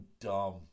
dumb